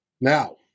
Now